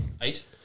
eight